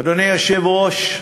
אדוני היושב-ראש,